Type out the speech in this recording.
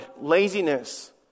laziness